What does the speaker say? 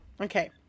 okay